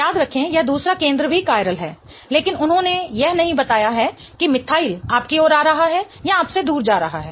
याद रखें यह दूसरा केंद्र भी कायरल है लेकिन उन्होंने यह नहीं बताया है कि मिथाइल आपकी ओर आ रहा है या आपसे दूर जा रहा है